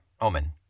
Omen